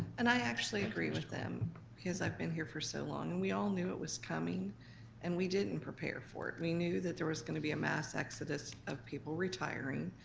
and i actually agree with him because i've been here for so long. and we all knew it was coming and we didn't prepare for it. we knew that there was gonna be a mass exodus of people retiring,